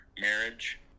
marriage